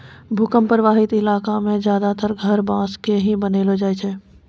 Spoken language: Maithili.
भूकंप प्रभावित इलाका मॅ ज्यादातर घर बांस के ही बनैलो जाय छै